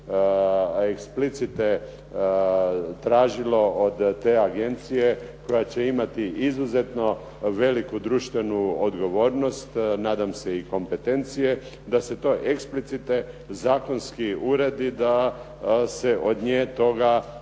ne bi explicite tražilo od te agencije koja će imati izuzetno veliku društvenu odgovornost, nadam se i kompetencije da se to explicite zakonski uredi da se od nje to